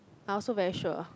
I also so very sure